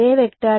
విద్యార్థి J